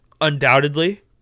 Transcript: Undoubtedly